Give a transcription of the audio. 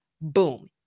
Boom